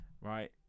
right